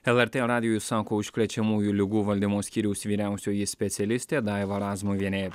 lrt radijui sako užkrečiamųjų ligų valdymo skyriaus vyriausioji specialistė daiva razmuvienė